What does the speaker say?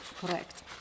correct